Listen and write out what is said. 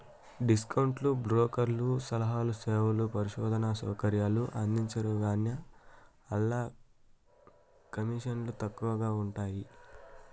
discount బ్రోకర్లు సలహాలు, సేవలు, పరిశోధనా సౌకర్యాలు అందించరుగాన, ఆల్ల కమీసన్లు తక్కవగా ఉంటయ్యి